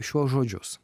šiuos žodžius